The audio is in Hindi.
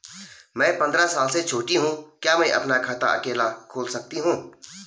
मैं पंद्रह साल से छोटी हूँ क्या मैं अपना खाता अकेला खोल सकती हूँ?